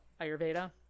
Ayurveda